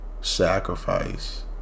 sacrifice